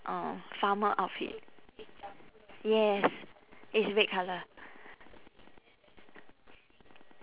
um farmer outfit yes it's red colour